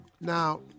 Now